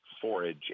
forage